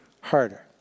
harder